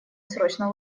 срочно